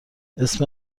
اسم